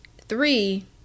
Three